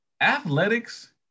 athletics